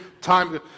time